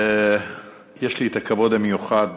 יש לי הכבוד המיוחד